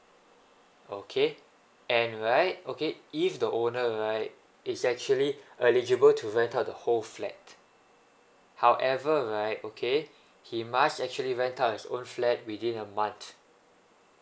okay and right okay if the owner right it's actually eligible to rent out the whole flat however right okay he must actually rent out his own flat within a month